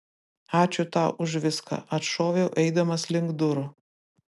ačiū tau už viską atšoviau eidamas link durų